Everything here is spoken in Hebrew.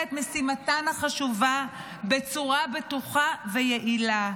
את משימתן החשובה בצורה בטוחה ויעילה.